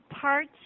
parts